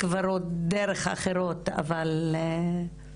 כברות דרך אחרות, אבל כל אחת